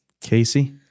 Casey